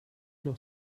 noch